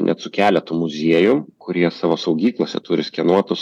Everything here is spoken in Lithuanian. net su keletu muziejų kurie savo saugyklose turi skenuotus